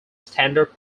standard